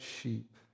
sheep